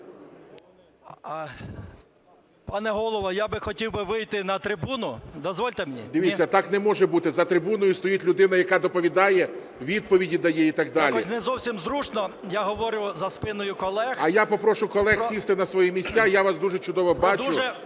Пане Голово, я би хотів би вийти на трибуну. Дозвольте мені? ГОЛОВУЮЧИЙ. Дивіться, так не може бути. За трибуною стоїть людина, яка доповідає, відповіді дає і так далі. ВОЛИНЕЦЬ М.Я. Якось не зовсім зручно, я говорю за спиною колег... ГОЛОВУЮЧИЙ. А я попрошу колег сісти на свої місця. Я вас дуже чудово бачу